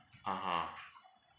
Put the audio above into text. (uh huh)